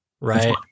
right